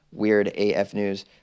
weirdafnews